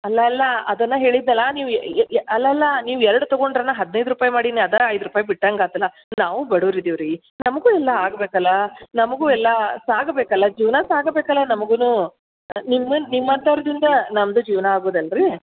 ಅಲ್ಲ ಅಲ್ಲ ಅದಲ್ಲ ಹೇಳಿದೆನಲ್ಲ ನೀವು ಅಲ್ಲಲ್ಲ ನೀವು ಎರಡು ತಗೊಂಡಿರಲ್ಲ ಹದಿನೈದು ರೂಪಾಯಿ ಮಾಡೀನಿ ಅದೇ ಐದು ರೂಪಾಯಿ ಬಿಟ್ಟಂಗೆ ಆಯ್ತಲ್ಲ ನಾವು ಬಡುವ್ರು ಇದೀವಿ ರೀ ನಮಗೂ ಎಲ್ಲ ಆಗ್ಬೇಕಲ್ಲ ನಮಗೂ ಎಲ್ಲ ಸಾಗಬೇಕಲ್ಲ ಜೀವನ ಸಾಗ್ಬೇಕಲ್ಲ ನಮಗೂನೂ ನಿಮ್ಮನ್ನ ನಿಮ್ಮಂಥೌರ್ದಿಂದ ನಮ್ಮದು ಜೀವನ ಆಗುದಲ್ಲ ರೀ